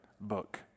book